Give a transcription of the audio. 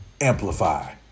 Amplify